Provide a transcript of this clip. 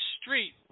street